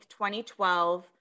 2012